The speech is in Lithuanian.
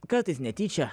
kartais netyčia